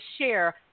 share